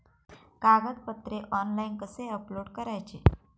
कागदपत्रे ऑनलाइन कसे अपलोड करायचे?